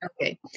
Okay